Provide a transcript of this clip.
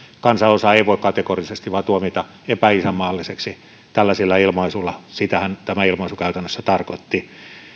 kansanosaa ei voi vain kategorisesti tuomita epäisänmaalliseksi tällaisilla ilmaisuilla sitähän tämä ilmaisu käytännössä tarkoitti